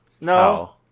No